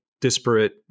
disparate